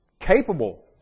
capable